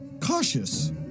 cautious